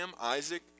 isaac